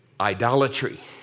idolatry